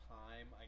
time